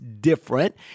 different